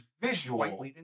visual